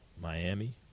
Miami